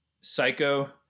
Psycho